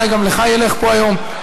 אולי גם לך ילך פה היום.